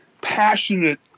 passionate